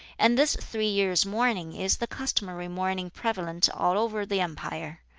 and this three years' mourning is the customary mourning prevalent all over the empire.